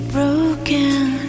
broken